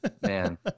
Man